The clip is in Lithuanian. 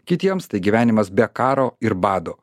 kitiems tai gyvenimas be karo ir bado